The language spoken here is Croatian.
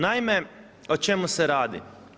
Naime, o čemu se radi.